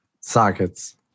sockets